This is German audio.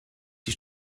die